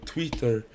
Twitter